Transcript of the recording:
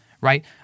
right